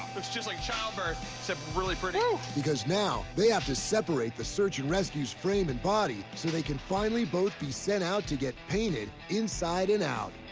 looks just like childbirth, except really pretty. because now they have to separate the search and rescue's frame and body, so they can finally both be sent out to get painted inside and out.